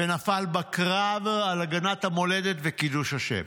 ונפל בקרב על הגנת המולדת וקידוש השם.